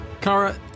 Kara